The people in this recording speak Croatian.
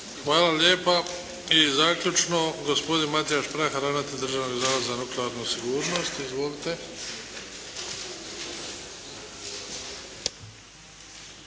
Hvala lijepa. I zaključno gospodin Matijaž Prah ravnatelj Državnog zavoda za nuklearnu sigurnost. Izvolite.